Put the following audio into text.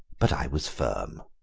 but i was firm.